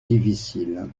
difficile